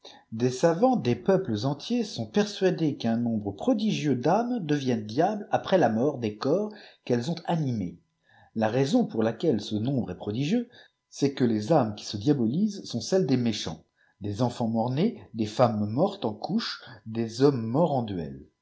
des savants dès peuples entiers sont persuadés qu'un nombre prodigieux d âmes deviennent diables après a mort des corps qu'elles ont animés la raison pour laciiielte ce nombre est prodigieux c'est que lésâmes qui s e diabollsent sont celles des méchants des enfants mortsriiésj des femmes mortes en couches des hommes morts en duel